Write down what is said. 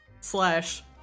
slash